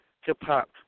hip-hop